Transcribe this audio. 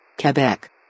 Quebec